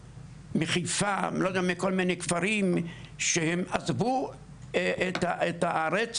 מחיפה, לא יודע, מכל מיני כפרים שהם עזבו את הארץ